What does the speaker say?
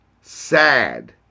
sad